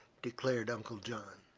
declared uncle john.